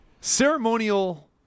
Ceremonial